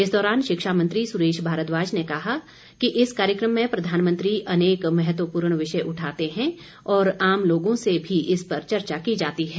इस दौरान शिक्षा मंत्री सुरेश भारद्वाज ने कहा कि इस कार्यक्रम में प्रधानमंत्री अनेक महत्वपूर्ण विषय उठाते हैं और आम लोगों से भी इस पर चर्चा की जाती है